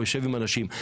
הוא יושב עם אנשים,